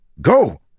Go